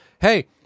hey